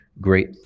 great